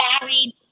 married